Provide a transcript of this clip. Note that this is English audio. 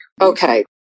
Okay